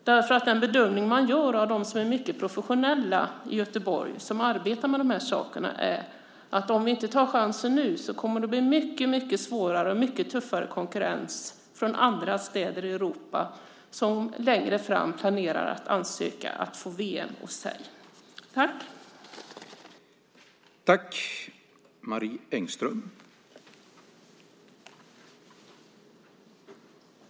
Den bedömning som de gör som är mycket professionella och arbetar med de här sakerna i Göteborg är att om vi inte tar chansen nu kommer det att bli mycket svårare och mycket tuffare konkurrens från andra städer i Europa som planerar att ansöka om att få VM hos sig längre fram.